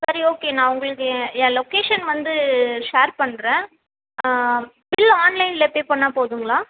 சரி ஓகே நான் உங்களுக்கு என் என் லொக்கேஷன் வந்து ஷேர் பண்ணுறேன் பில் ஆன்லைனில் பே பண்ணிணா போதுங்களா